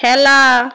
খেলা